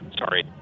Sorry